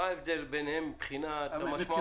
מה ההבדל ביניהם מבחינת המשמעות?